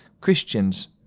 Christians